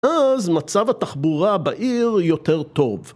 אז מצב התחבורה בעיר יותר טוב